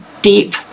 deep